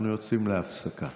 אנחנו יוצאים להפסקה.